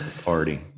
party